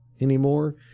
anymore